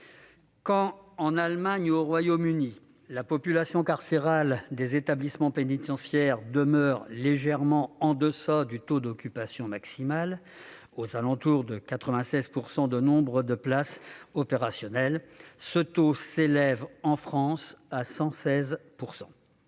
Quand, en Allemagne ou au Royaume-Uni, la population carcérale des établissements pénitentiaires demeure légèrement en deçà du taux d'occupation maximal, aux alentours de 96 % du nombre de places opérationnelles, nous sommes à 116